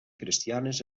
cristianes